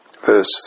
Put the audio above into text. verse